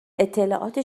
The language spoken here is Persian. اطلاعات